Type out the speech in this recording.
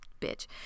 bitch